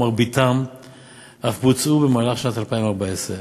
ומרביתם אף בוצעו בשנת 2014,